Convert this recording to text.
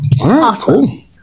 Awesome